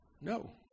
No